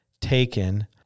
taken